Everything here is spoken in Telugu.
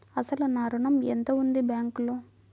అసలు నా ఋణం ఎంతవుంది బ్యాంక్లో?